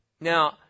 Now